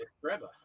forever